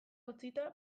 utzita